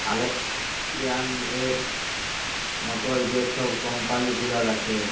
আর্লেস্ট ইয়াংয়ের মতল যে ছব কম্পালি গুলাল আছে